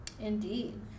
Indeed